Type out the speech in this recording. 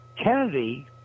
Kennedy